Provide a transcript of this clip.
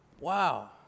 Wow